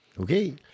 Okay